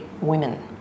women